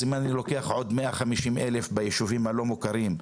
אז אם אני לוקח עוד 150,000 ביישובים הלא מוכרים,